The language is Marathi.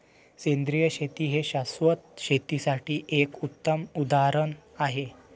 सेंद्रिय शेती हे शाश्वत शेतीसाठी एक उत्तम उदाहरण आहे